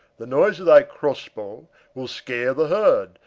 the noise of thy crosse-bow will scarre the heard,